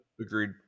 Agreed